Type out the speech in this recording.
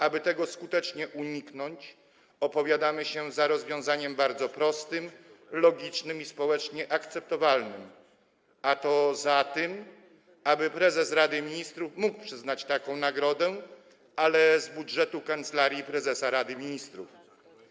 Aby tego skutecznie uniknąć, opowiadamy się za rozwiązaniem bardzo prostym, logicznym i społecznie akceptowalnym, a więc za tym, aby prezes Rady Ministrów mógł przyznać taką nagrodę, ale z budżetu Kancelarii Prezesa Rady Ministrów.